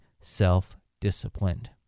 self-disciplined